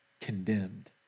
condemned